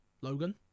Logan